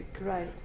Right